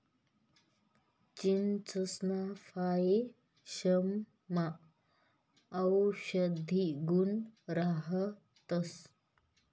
चीचसना फयेसमा औषधी गुण राहतंस